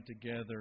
together